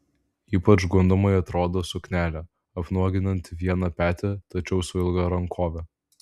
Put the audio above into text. ypač gundomai atrodo suknelė apnuoginanti vieną petį tačiau su ilga rankove